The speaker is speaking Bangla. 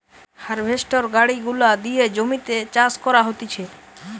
হার্ভেস্টর গাড়ি গুলা দিয়ে জমিতে চাষ করা হতিছে